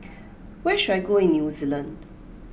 where should I go in New Zealand